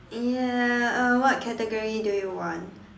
ya uh what category do you want